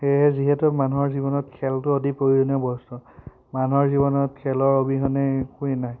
সেয়েহে যিহেতু মানুহৰ জীৱনত খেলটো অতি প্ৰয়োজনীয় বস্তু মানুহৰ জীৱনত খেলৰ অবিহনে একোৱেই নাই